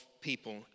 people